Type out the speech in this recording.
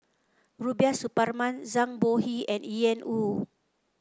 Rubiah Suparman Zhang Bohe and Ian Woo